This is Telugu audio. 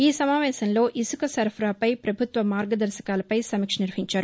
ఈ సమావేశంలో ఇసుక సరఫరాపై ప్రభుత్వ మార్గదర్భకాలపై సమీక్ష నిర్వహించారు